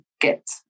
get